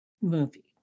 movie